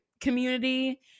community